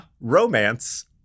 romance